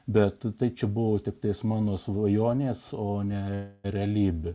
bet tai čia buvo tiktai mano svajonės o ne realybė